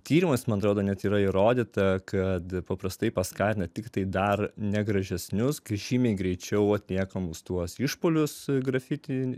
tyrimais man atrodo net yra įrodyta kad paprastai paskatina tiktai dar negražesnius kai žymiai greičiau atliekamus tuos išpuolius grafiti